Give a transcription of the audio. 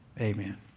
Amen